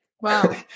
Wow